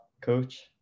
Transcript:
coach